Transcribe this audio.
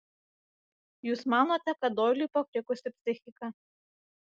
jūs manote kad doiliui pakrikusi psichika